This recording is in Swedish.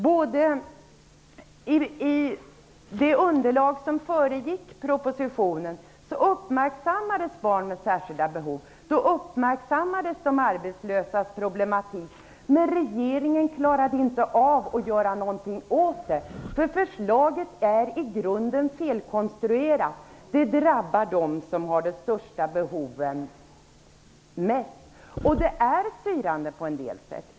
I det underlag som föregick propositionen uppmärksammades barn med särskilda behov och de arbetslösas problematik, men regeringen klarade inte att göra någonting för dessa grupper, eftersom förslaget i grunden är felkonstruerat. Det drabbar dem som har de största behoven mest. Det är också styrande på en del sätt.